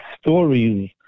stories